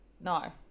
no